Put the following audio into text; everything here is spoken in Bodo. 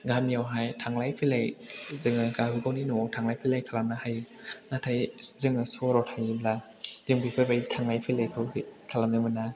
गामिआव थांलाय फैलाय जोङो गाबागावनि न'आव थांलाय फैलाय खालामनो हायो नाथाय जोङो सहराव थायोब्ला जों बेफोरबायदि थांलाय फैलायखौहाय खालामनो मोना